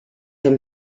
him